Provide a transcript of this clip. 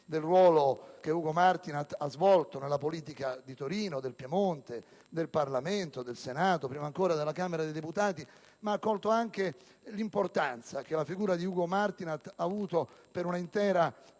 del ruolo che Ugo Martinat ha svolto nella politica di Torino, del Piemonte, del Parlamento, del Senato e prima ancora della Camera deputati, ma ha colto anche l'importanza che la figura di Ugo Martinat ha avuto per un'intera